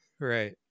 Right